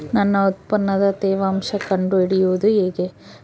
ನನ್ನ ಉತ್ಪನ್ನದ ತೇವಾಂಶ ಕಂಡು ಹಿಡಿಯುವುದು ಹೇಗೆ?